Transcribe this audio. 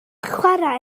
chwarae